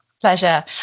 Pleasure